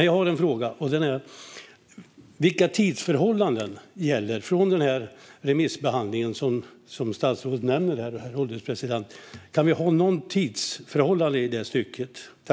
Jag har som sagt en fråga: Vilka tidsförhållanden gäller från och med den remissbehandling som statsrådet nämner, herr ålderspresident? Kan vi få en tidsram för detta?